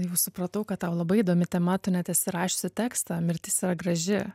jau supratau kad tau labai įdomi tema tu net esi rašiusi tekstą mirtis yra graži